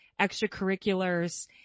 extracurriculars